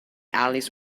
alice